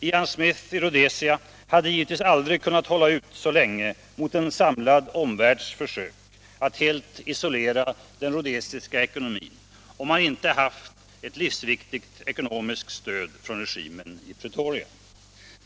Ian Smith i Rhodesia hade givetvis aldrig kunnat hålla ut så länge mot en samlad omvärlds försök att helt isolera den rhodesiska ekonomin, om han inte haft ett livsviktigt ekonomiskt stöd från regimen i Pretoria.